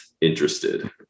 interested